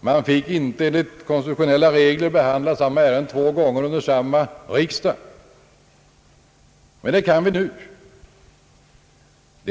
Man fick enligt konstitutionella regler inte behandla samma ärende mer än en gång under samma riksdag. Men det kan vi göra nu.